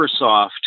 Microsoft